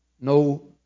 no